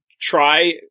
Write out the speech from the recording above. try